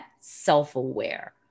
self-aware